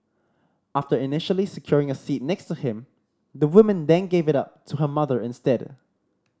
after initially securing a seat next to him the woman then give it up to her mother instead